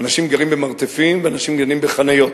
אנשים גרים במרתפים ואנשים גרים בחניות.